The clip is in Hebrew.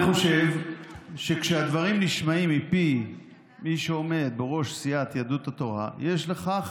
אני חושב שכשהדברים נשמעים מפי מי שעומד בראש סיעת יהדות התורה יש לכך